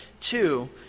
two